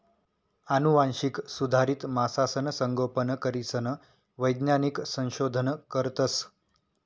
आनुवांशिक सुधारित मासासनं संगोपन करीसन वैज्ञानिक संशोधन करतस